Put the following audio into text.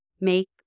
make